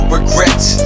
regrets